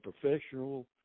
professional